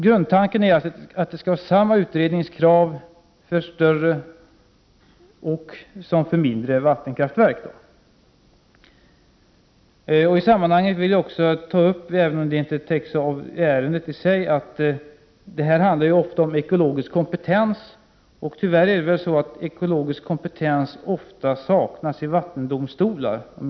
Grundtanken är att det skall vara samma utredningskrav för större som för mindre vattenkraftverk. I detta sammanhang vill jag ta upp, även om detta inte täcks av ärendet i sig, att det ofta handlar om ekologisk kompetens. Tyvärr saknas ofta, om inte alltid, ekologisk kompetens i vattendomstolar.